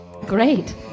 Great